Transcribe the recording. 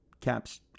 Cap's